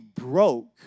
broke